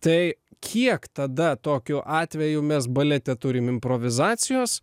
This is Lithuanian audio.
tai kiek tada tokiu atveju mes balete turim improvizacijos